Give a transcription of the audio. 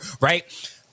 right